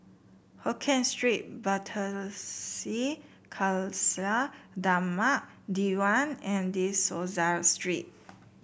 Hokien Street Pardesi Khalsa Dharmak Diwan and De Souza Street